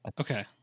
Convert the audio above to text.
okay